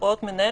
הוראות מנהל,